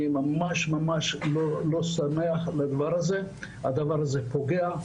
אני ממש לא שמח לדבר הזה, כי הדבר הזה פוגע.